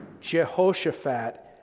Jehoshaphat